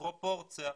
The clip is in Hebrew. פרופורציה,